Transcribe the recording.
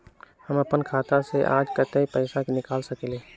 हम अपन खाता से आज कतेक पैसा निकाल सकेली?